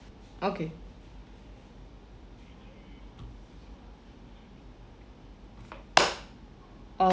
okay uh